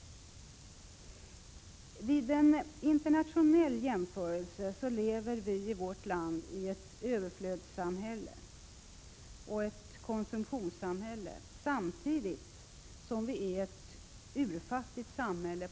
Vid en internationell jämförelse ser vi att vi i vårt land lever i ett överflödssamhälle och ett konsumtionssamhälle samtidigt som vi på ett annat sätt har ett urfattigt samhälle.